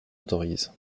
autorise